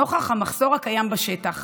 נוכח המחסור הקיים בשטח